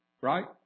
right